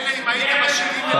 מילא אם הייתם משלמים את זה רק,